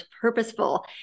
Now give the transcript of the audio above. purposeful